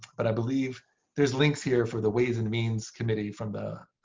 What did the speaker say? but i believe there's links here for the ways and means committee from the